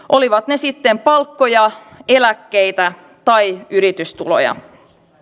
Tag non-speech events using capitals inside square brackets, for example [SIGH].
[UNINTELLIGIBLE] olivat ne sitten palkkoja eläkkeitä tai yritystuloja